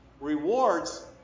Rewards